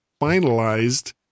finalized